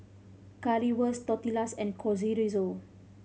Currywurst Tortillas and Chorizo